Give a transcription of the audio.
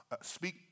speak